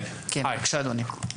בבקשה, אדוני.